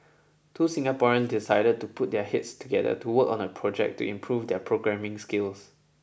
two Singaporeans decided to put their heads together to work on a project to improve their programming skills